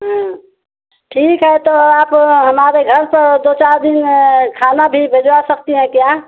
हाँ ठीक है तो आप हमारे घर पर दो चार दिन खाना भी भिजवा सकती हैं क्या